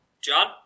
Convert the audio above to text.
John